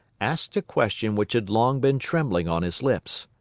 asked a question which had long been trembling on his lips.